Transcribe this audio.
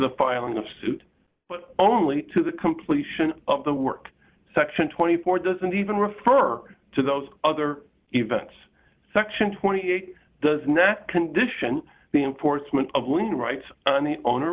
the filing of suit but only to the completion of the work section twenty four doesn't even refer to those other events section twenty eight does nat condition the enforcement of lien rights and the owner